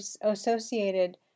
associated